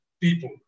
people